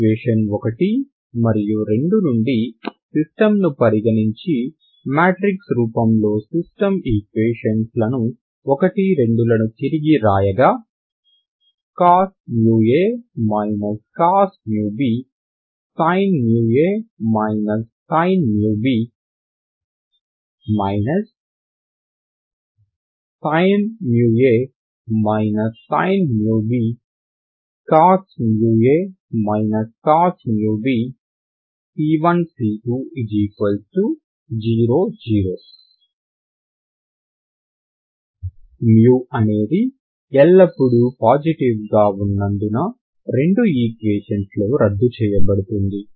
equations 1 మరియు 2 నుండి system ను పరిగణించి మ్యాట్రిక్స్ రూపం లో సిస్టమ్ ఈక్వేషన్స్ 1 2 లను తిరిగి వ్రాయగా cos a cos b sin a sin b sin a sin b cos a cos b c1 c2 0 0 అనేది ఎల్లప్పుడూ పాజిటివ్ గా ఉన్నందున రెండు ఈక్వేషన్స్ లో రద్దు చేయబడుతుంది